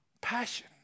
passion